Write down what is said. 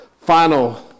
final